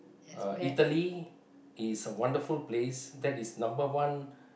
uh Italy is a wonderful place that is number one